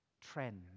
trend